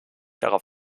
darauf